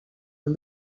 and